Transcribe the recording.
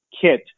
kit